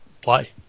play